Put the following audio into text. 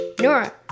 Nora